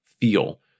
feel